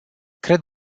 cred